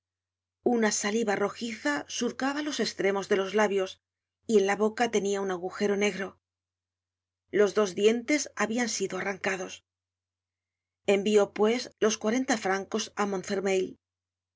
una saliba rojiza surcaba los estremos de los labios y en la boca tepia un agujero negro los dos dientes habian sido arrancados envió pues los cuarenta francos á